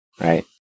right